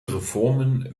reformen